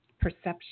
perception